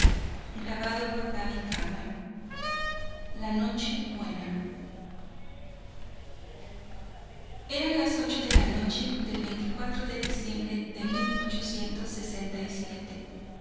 eran las ocho de la noche del de diciembre de